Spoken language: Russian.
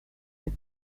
нет